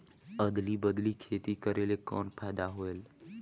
अदली बदली खेती करेले कौन फायदा होयल?